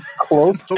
Close